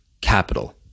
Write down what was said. capital